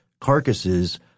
carcasses